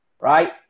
right